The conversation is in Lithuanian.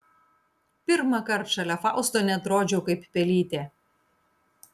pirmąkart šalia fausto neatrodžiau kaip pelytė